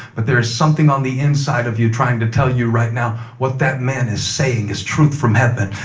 but there is something on the inside of you trying to tell you right now, what that man is saying is truth from heaven.